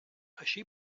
així